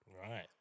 Right